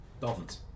Dolphins